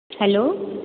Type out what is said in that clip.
hello